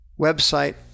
website